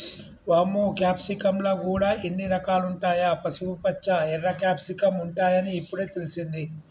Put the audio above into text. వామ్మో క్యాప్సికమ్ ల గూడా ఇన్ని రకాలుంటాయా, పసుపుపచ్చ, ఎర్ర క్యాప్సికమ్ ఉంటాయని ఇప్పుడే తెలిసింది